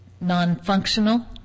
non-functional